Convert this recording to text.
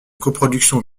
coproduction